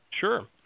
Sure